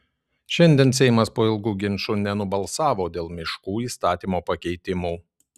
šiandien seimas po ilgų ginčų nenubalsavo dėl miškų įstatymo pakeitimų